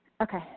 Okay